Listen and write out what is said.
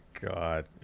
god